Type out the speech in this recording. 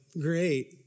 great